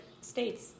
states